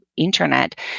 internet